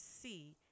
see